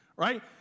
Right